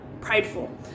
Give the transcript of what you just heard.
prideful